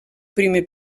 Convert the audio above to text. primer